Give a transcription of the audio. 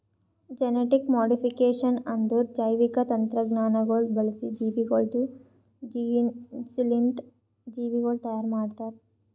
genetic modification ಅಂದುರ್ ಜೈವಿಕ ತಂತ್ರಜ್ಞಾನಗೊಳ್ ಬಳಸಿ ಜೀವಿಗೊಳ್ದು ಜೀನ್ಸ್ಲಿಂತ್ ಜೀವಿಗೊಳ್ ತೈಯಾರ್ ಮಾಡ್ತಾರ್